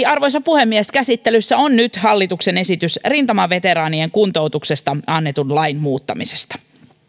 arvoisa puhemies käsittelyssä on nyt hallituksen esitys rintamaveteraanien kuntoutuksesta annetun lain muuttamisesta